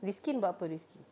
riskin buat apa riskin